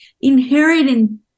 inheriting